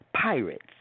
pirates